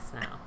now